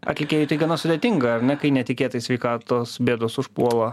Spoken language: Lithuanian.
atlikėjui tai gana sudėtinga ar ne kai netikėtai sveikatos bėdos užpuola